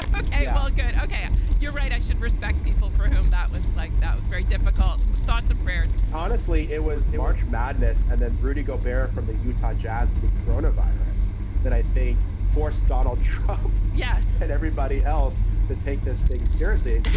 ah okay, good. okay. you're right. i should respect people for whom that was like that was very difficult. thoughts and prayers honestly, it was a march madness. and then rudy go bare from the utah jazz to the corona virus that i think forced donald trump. yeah. and everybody else to take this thing seriously,